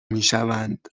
میشوند